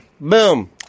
Boom